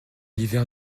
l’hiver